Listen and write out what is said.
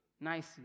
nicely